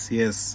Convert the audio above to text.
yes